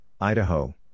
Idaho